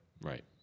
Right